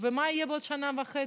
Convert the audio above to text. ומה יהיה בעוד שנה וחצי.